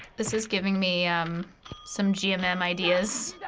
this is giving me some gmm um um ideas.